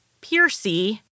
Piercy